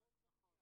נכון.